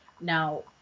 Now